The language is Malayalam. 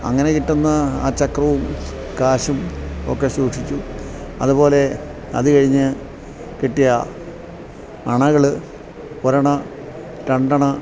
അങ്ങനെ കിട്ടുന്ന ആ ചക്രവും കാശും ഒക്കെ സൂക്ഷിച്ചു അതുപോലെ അതു കഴിഞ്ഞു കിട്ടിയ അണകള് ഒരണ രണ്ടണ